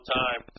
time